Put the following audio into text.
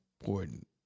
important